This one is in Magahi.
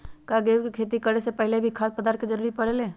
का गेहूं के खेती करे से पहले भी खाद्य पदार्थ के जरूरी परे ले?